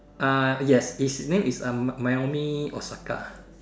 uh yes his name is uh Naomi Osaka